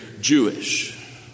Jewish